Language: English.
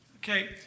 Okay